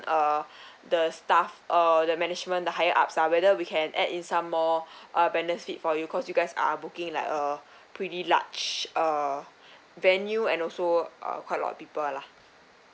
uh the staff or the management the higher ups ah whether we can add in some more uh benefit for you cause you guys are booking like a pretty large uh venue and also uh quite a lot of people lah